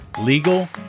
legal